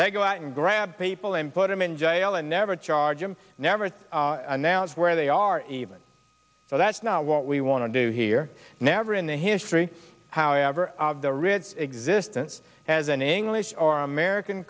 that go out and grab people and put them in jail and never charge him never announce where they are even though that's not what we want to do here never in the history however of the rich existence has an english or american